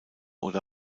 oder